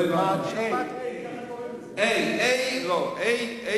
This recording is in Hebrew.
שפעת A, ככה קוראים לזה.